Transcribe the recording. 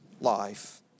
life